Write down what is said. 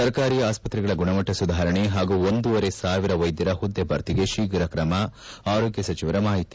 ಸರ್ಕಾರಿ ಆಸ್ತ್ರೆಗಳ ಗುಣಮಟ್ಟ ಸುಧಾರಣೆ ವಾಗೂ ಒಂದೂವರೆ ಸಾವಿರ ವೈದ್ಧರ ಹುದ್ದೆ ಭರ್ತಿಗೆ ಶೀಘ್ರತಮ ಆರೋಗ್ಧ ಸಚಿವರ ಮಾಹಿತಿ